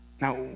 Now